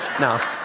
No